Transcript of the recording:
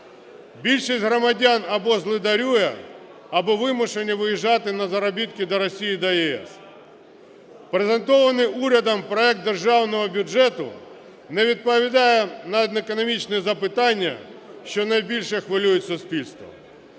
Більшість громадян або злидарює, або вимушені виїжджати на заробітки до Росії і до ЄС. Презентований урядом проект Державного бюджету не відповідає на економічні запитання, що найбільше хвилюють суспільство.